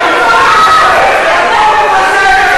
אתם מבזים,